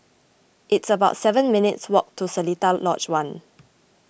it's about seven minutes' walk to Seletar Lodge one